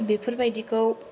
बेफोरबादिखौ